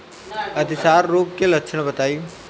अतिसार रोग के लक्षण बताई?